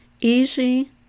Easy